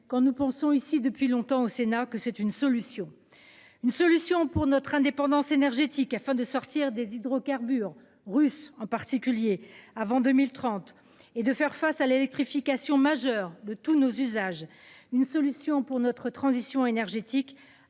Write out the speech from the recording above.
quand nous pensons ici depuis longtemps au Sénat que c'est une solution une solution pour notre indépendance énergétique afin de sortir des hydrocarbures russes, en particulier avant 2030 et de faire face à l'électrification. De tous nos usages une solution pour notre transition énergétique